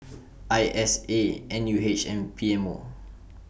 I S A N U H and P M O